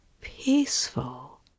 peaceful